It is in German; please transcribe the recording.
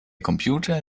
computer